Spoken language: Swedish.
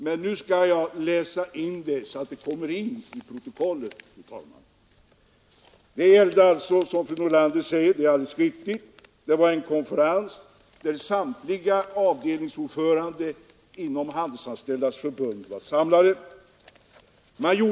Men nu skall jag läsa in den meningen till protokollet, fru talman. Artikeln gällde, som fru Nordlander alldeles riktigt sade, en konferens där samtliga avdelningsordförande inom Handelsanställdas förbund var samlade.